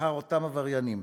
אחר אותם עבריינים.